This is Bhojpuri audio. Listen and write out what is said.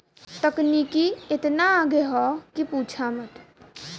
तकनीकी एतना आगे हौ कि पूछा मत